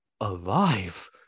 alive